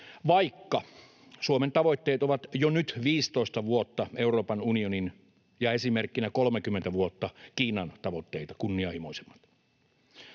vaikka Suomen tavoitteet ovat jo nyt 15 vuotta Euroopan unionin ja esimerkkinä 30 vuotta Kiinan tavoitteita kunnianhimoisemmat.